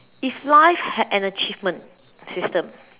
if life had an achievement system